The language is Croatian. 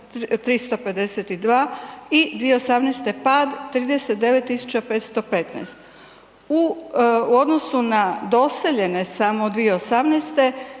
37.352 i 2018. pad 39.515. U odnosu na doseljene samo od 2018.